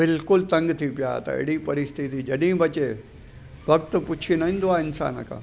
बिल्कुलु तंग थी पिया त अहिड़ी परिस्थिती जॾहिं बि अचे वक़्तु पुछी न ईंदो्थे इंसान खां